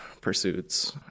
pursuits